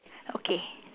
okay